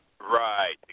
Right